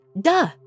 duh